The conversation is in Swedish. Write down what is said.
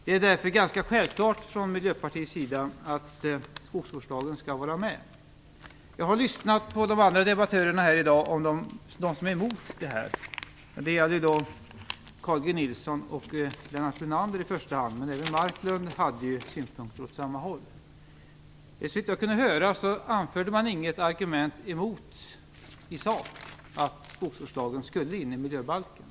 Det är därför ganska självklart för Miljöpartiet att skogsvårdslagen skall vara med i miljöbalken. Jag har lyssnat på de andra debattörerna här i dag som är emot detta. Det gäller i första Carl G Nilsson och Lennart Brunander, men även Leif Marklund hade synpunkter åt samma håll. Såvitt jag kunde höra anförde de i sak inga argument emot att skogsvårdslagen skulle in i miljöbalken.